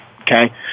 Okay